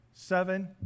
Seven